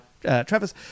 Travis